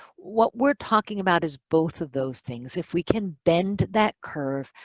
what we're talking about is both of those things. if we can bend that curve,